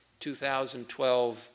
2012